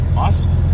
Awesome